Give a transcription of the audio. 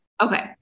Okay